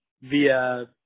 via